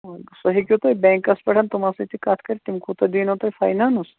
اۭں سُہ ہیٚکِو تُہۍ بیٚنٛکَس پٮ۪ٹھ تمن سۭتۍ تہِ کَتھ کٔرِتھ تِم کوٗتاہ دیٖنو تۄہہِ فایِنَانٕس